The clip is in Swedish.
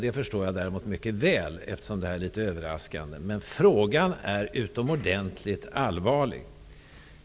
Det förstår jag mycket väl, eftersom det kom litet överraskande. Men frågan är utomordentligt allvarlig.